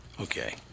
Okay